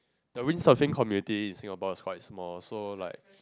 the wind surfing community in Singapore is quite small so like